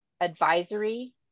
advisory